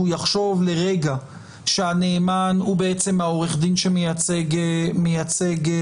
יחשוב לרגע שהנאמן הוא בעצם עורך הדין שמייצג אותו.